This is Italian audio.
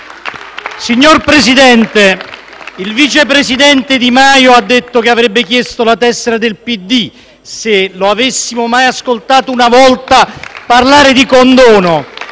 Signor Presidente, il vice presidente del Consiglio Di Maio ha detto che avrebbe chiesto la tessera del PD se lo avessimo mai ascoltato una volta parlare di condono.